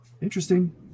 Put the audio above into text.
Interesting